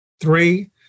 Three